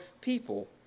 people